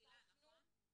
שביקשנו --- 'מסילה', נכון?